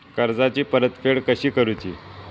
कर्जाची परतफेड कशी करुची?